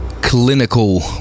Clinical